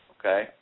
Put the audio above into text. okay